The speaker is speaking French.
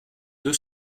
deux